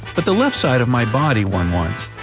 but the left side of my body won once.